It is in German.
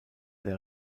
der